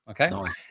Okay